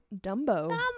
Dumbo